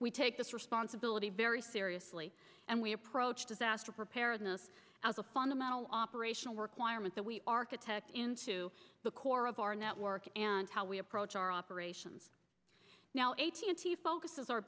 we take this responsibility very seriously and we approach disaster preparedness as a fundamental operational requirement that we architect into the core of our network and how we approach our operations now eighteen c focuses our